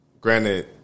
granted